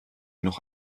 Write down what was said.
noch